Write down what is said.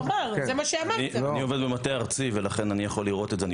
אני עובד במטה הארצי ולכן אני יכול לראות את זה.